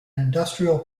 industrial